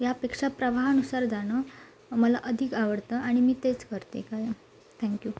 यापेक्षा प्रवाहानुसार जाणं मला अधिक आवडतं आणि मी तेच करते कळलं थँक्यू